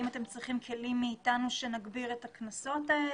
האם אתם צריכים כלים מאתנו שנגביר את הקנסות אלה?